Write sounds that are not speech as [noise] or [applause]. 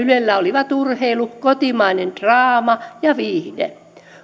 [unintelligible] ylellä olivat urheilu kotimainen draama ja viihde